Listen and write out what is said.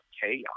chaos